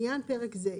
עניין פרק זה,